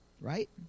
Right